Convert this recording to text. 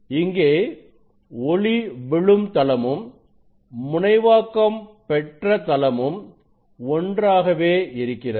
இங்கே ஒளி விழும் தளமும் முனைவாக்கம் பெற்ற தளமும் ஒன்றாகவே இருக்கிறது